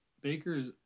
Baker's